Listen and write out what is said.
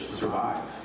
survive